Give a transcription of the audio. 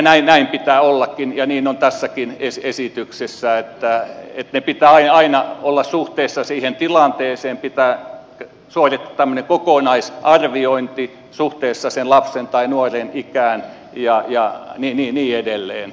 näin pitää ollakin ja niin on tässäkin esityksessä että niiden pitää aina olla suhteessa siihen tilanteeseen pitää suorittaa tämmöinen kokonaisarviointi suhteessa sen lapsen tai nuoren ikään ja niin edelleen